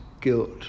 guilt